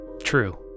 True